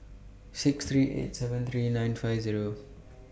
six three eight seven three nine five Zero